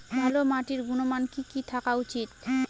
ভালো মাটির গুণমান কি কি থাকা উচিৎ?